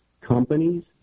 companies